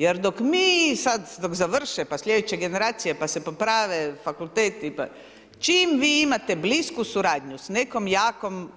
Jer dok mi sada dok za vrše pa sljedeće generacije pa se poprave fakulteti, čim vi imate blisku suradnju s nekom jakom